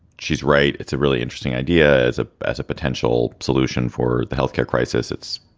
she's right. it's a really interesting idea as a as a potential solution for the health care crisis. it's